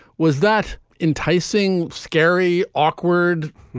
was that enticing? scary, awkward?